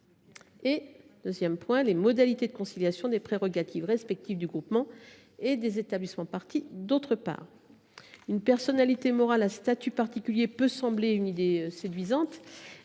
santé, ainsi que les modalités de conciliation des prérogatives respectives du groupement et des établissements parties. Une personnalité morale à statut particulier peut sembler une idée séduisante,